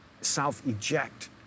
self-eject